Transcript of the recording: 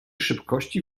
szybkości